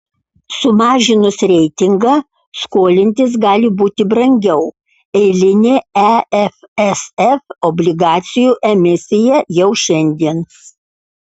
sumažinus reitingą skolintis gali būti brangiau eilinė efsf obligacijų emisija jau šiandien